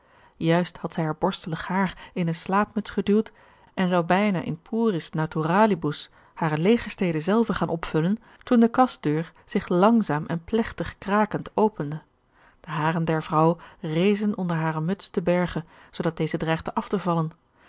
juist had zij haar borstelig haar in eene slaapmuts geduwd en zou bijna in puris naturalibus hare legerstede zelve gaan opvullen toen de kastdeur zich langzaam en plegtig krakend opende de haren der vrouw rezen onder hare muts te berge zoodat deze dreigde af te vallen